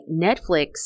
Netflix